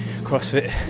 CrossFit